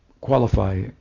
qualify